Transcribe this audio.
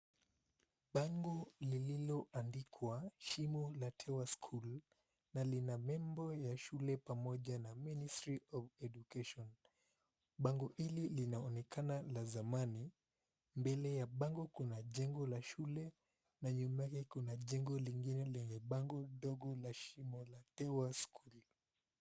Bango lililoandikwa Shimo la Tewa School na lina nembo ya shule pamoja na Ministry of Education. Bango hili linaonekana la zamani, mbele ya bango kuna jengo la shule na nyuma yake kuna jengo lingine lenye bango ndogo la Shimo la Tewa School.